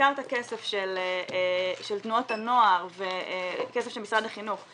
בעיקר את הכסף של תנועות הנוער וכסף של משרד החינוך,